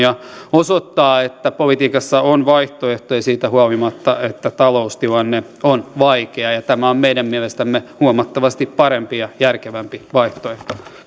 verrattuna ja osoittaa että politiikassa on vaihtoehtoja siitä huolimatta että taloustilanne on vaikea tämä on meidän mielestämme huomattavasti parempi ja järkevämpi vaihtoehto